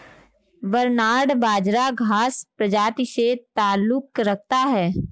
barnyard बाजरा घांस प्रजाति से ताल्लुक रखता है